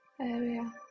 area